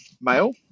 male